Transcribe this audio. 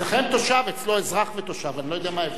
תושב, אדוני.